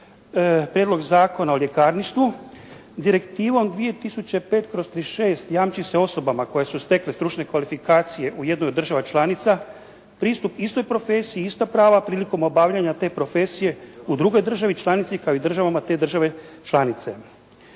Prijedlog zakona o ljekarništvu direktivom 2005/36 jamči se osobama koje su stekle stručne kvalifikacije u jednoj od država članica pristup istoj profesiji, ista prava prilikom obavljanja te profesije u drugoj državi članici kao i državama te države članice.